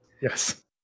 Yes